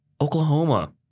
Oklahoma